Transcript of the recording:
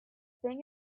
thing